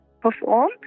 perform